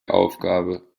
aufgabe